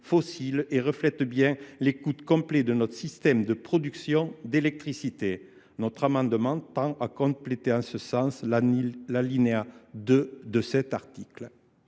refléter fidèlement les coûts complets de notre système de production d’électricité. Notre amendement tend à compléter en ce sens l’alinéa 2 du présent article.